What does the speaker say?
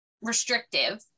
restrictive